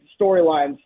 storylines